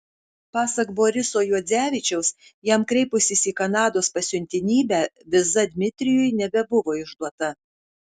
pasak boriso juodzevičiaus jam kreipusis į kanados pasiuntinybę viza dmitrijui nebebuvo išduota